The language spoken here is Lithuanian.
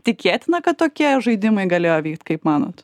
tikėtina kad tokie žaidimai galėjo vykt kaip manot